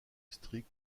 district